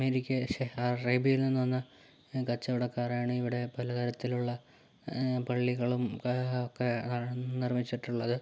അറേബ്യയിൽ നിന്ന് വന്ന കച്ചവടക്കാറാണ് ഇവിടെ പല തരത്തിലുള്ള പള്ളികളും ഒക്കെ നിർമിച്ചിട്ടുള്ളത്